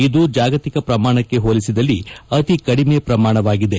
ಇದು ಜಾಗತಿಕ ಪ್ರಮಾಣಕ್ಕೆ ಹೋಲಿಸಿದಲ್ಲಿ ಅತಿ ಕಡಿಮೆ ಪ್ರಮಾಣವಾಗಿದೆ